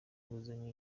nguzanyo